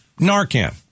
Narcan